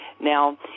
Now